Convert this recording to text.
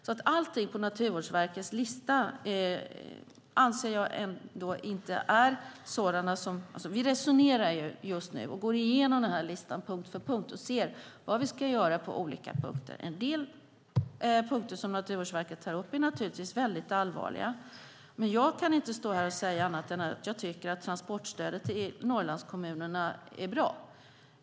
Vi resonerar nu om detta, går igenom Naturvårdsverkets lista punkt för punkt och ser vad vi ska göra. En del punkter som Naturvårdsverket tar upp är naturligtvis väldigt allvarliga, men jag kan inte stå här och säga annat än att jag tycker att transportstödet till Norrlandskommunerna är bra.